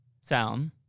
sound